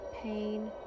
pain